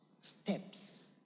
steps